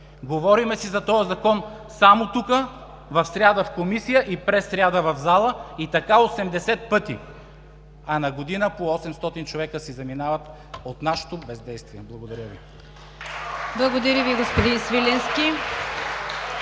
Говорим си за този Закон само тук, в сряда в Комисията и през сряда в залата, и така 80 пъти, а на година по 800 човека си заминават от нашето бездействие. Благодаря Ви. (Ръкопляскания